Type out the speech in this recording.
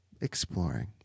exploring